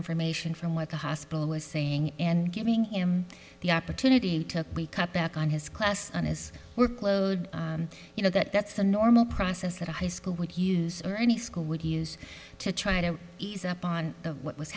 information from what the hospital was saying and giving him the opportunity to be cut back on his class on his workload you know that that's the normal process that a high school would use or any school would use to try to ease up on what was